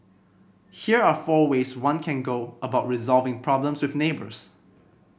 here are four ways one can go about resolving problems with neighbours